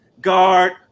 Guard